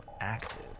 active